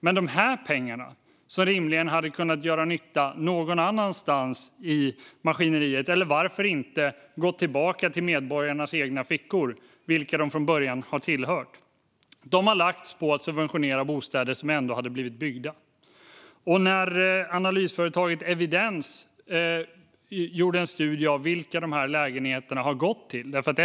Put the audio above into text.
Men dessa pengar som rimligen hade kunnat göra nytta någon annanstans i maskineriet eller - varför inte - hade kunnat gå tillbaka till medborgarnas egna fickor, där de från början hört hemma, har lagts på att subventionera bostäder som ändå hade blivit byggda. Analysföretaget Evidens har gjort en studie av vilka som fått dessa lägenheter.